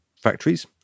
factories